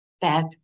Beth